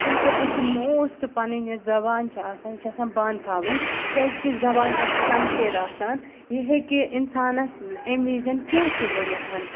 تمہِ خٲطرٕ چھِ موسٹ پَنٕںۍ یۄس زبان چھِ آسان یہِ چھِ آسان بنٛد تھاوٕنۍ کیٛازِکہِ زبان چھےٚ اَکھ شَمشیر آسان یہِ ہیٚکہِ اِنسانَس امہِ وِزِ کینٛہہ تہِ ؤنِتھ